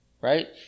right